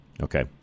Okay